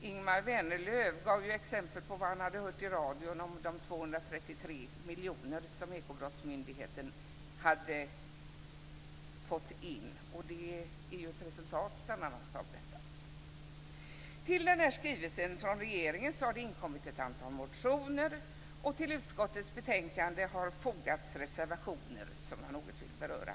Ingemar Vänerlöv gav exempel på vad han hört i radio om 233 miljoner som Ekobrottsmyndigheten hade fått in, och det är ett resultat bl.a. av detta. Till den här skrivelsen från regeringen har inkommit ett antal motioner, och till utskottets betänkande har fogats reservationer som jag något vill beröra.